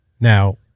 Now